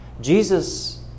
Jesus